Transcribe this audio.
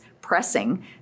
pressing